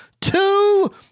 two